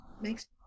makes